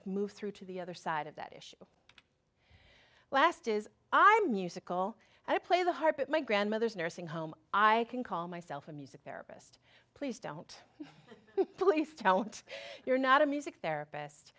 of move through to the other side of that issue last is i am musical i play the harp at my grandmother's nursing home i can call myself a music therapist please don't please tell me you're not a music therapist